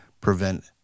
prevent